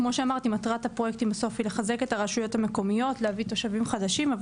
מטרת הפרויקטים היא לחזק את הרשויות המקומיות להביא תושבים חדשים,